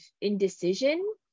indecision